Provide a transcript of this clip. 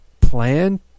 plan